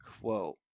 Quote